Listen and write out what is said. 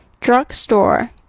Drugstore